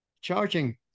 charging